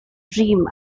dream